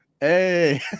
Hey